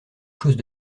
chose